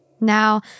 Now